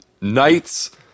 Knights